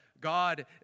God